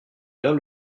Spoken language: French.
vert